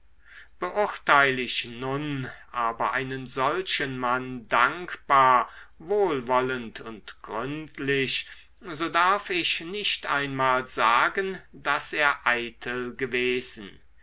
beurteil ich nun aber einen solchen mann dankbar wohlwollend und gründlich so darf ich nicht einmal sagen daß er eitel gewesen